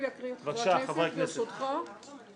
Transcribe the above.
רבותיי, אנחנו בהסתייגויות של קבוצת המחנה הציוני.